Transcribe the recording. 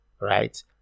right